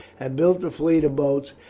had built a fleet of boats,